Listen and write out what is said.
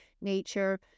nature